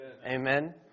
Amen